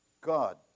God